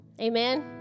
Amen